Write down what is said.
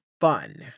fun